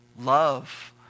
Love